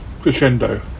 crescendo